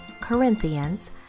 Corinthians